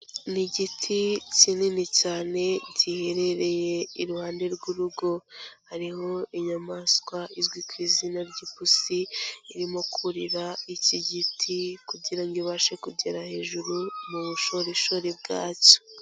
Ni igiti kinini cyane giheherereye iruhande rw'urugo, hariho inyamaswa izwi ku izina ry'ipusi, irimo kurira iki giti kugira ngo ibashe kugera hejuru mu bushorishori bwacyo.